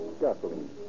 Gasoline